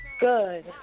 Good